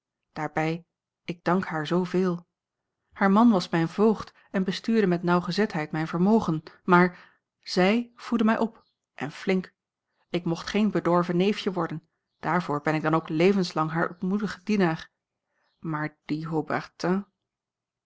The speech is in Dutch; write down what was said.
daarbij ik dank haar zooveel haar man was mijn voogd en bestuurde met nauwgezetheid mijn vermogen maar zij voedde mij op en flink ik mocht geen bedorven neefje worden daarvoor ben ik dan ook levenslang haar ootmoedige dienaar maar die haubertin